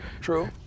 True